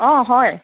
অ হয়